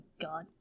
god